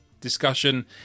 discussion